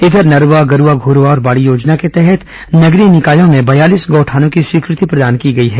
इधर नरवा गरूवा घरूवा और बाडी योजना के तहत नगरीय निकायों में बयालीस गौठानों की स्वीकृति प्रदान की गई है